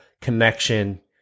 connection